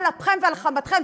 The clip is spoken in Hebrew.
על אפכם ועל חמתכם,